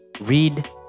read